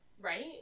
right